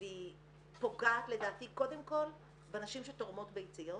והיא פוגעת לדעתי קודם כול בנשים שתורמות ביציות